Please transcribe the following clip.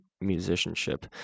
musicianship